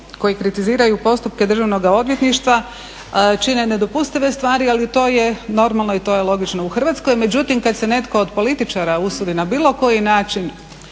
koji kritiziraju postupke državnoga odvjetništva čine nedopustive stvari, ali to je normalno i to je logično u Hrvatskoj, međutim kad se netko od političara usudi na bilo koji način